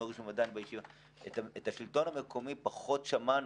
הן אמרו שהן עדיין בישיבות את השלטון המקומי פחות שמענו.